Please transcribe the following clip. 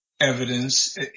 evidence